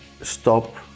stop